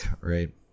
right